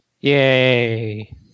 Yay